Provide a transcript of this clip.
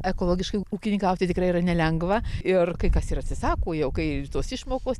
ekologiškai ūkininkauti tikrai yra nelengva ir kai kas ir atsisako jau kai tos išmokos